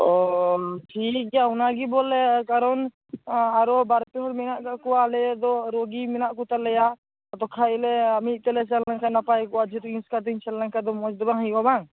ᱚᱻ ᱴᱷᱤᱠ ᱜᱮᱭᱟ ᱚᱱᱟᱜᱮ ᱵᱚᱞᱮ ᱠᱟᱨᱚᱱ ᱟᱨᱳ ᱵᱟᱨ ᱯᱮ ᱦᱚᱲ ᱢᱮᱱᱟᱜ ᱟᱠᱟᱫ ᱠᱚᱣᱟ ᱟᱞᱮ ᱫᱚ ᱨᱩᱜᱤ ᱢᱮᱱᱟᱜ ᱠᱚᱛᱟᱞᱮᱭᱟ ᱟᱫᱚ ᱠᱷᱟᱱᱞᱮ ᱢᱤᱫ ᱛᱮᱞᱮ ᱪᱟᱞᱟᱣ ᱞᱮᱱᱠᱷᱟᱱ ᱫᱚ ᱱᱟᱯᱟᱭ ᱠᱚᱜᱼᱟ ᱡᱚᱫᱤ ᱤᱧ ᱮᱥᱠᱟᱨᱤᱧ ᱪᱟᱞᱟᱣ ᱞᱮᱱᱠᱷᱟᱱ ᱫᱚ ᱢᱚᱡᱽ ᱫᱚ ᱵᱟᱝ ᱦᱩᱭᱩᱜᱼᱟ ᱵᱟᱝ